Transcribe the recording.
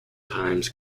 times